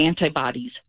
antibodies